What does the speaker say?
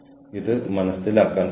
നിങ്ങൾ അത് മനസ്സിലാക്കണം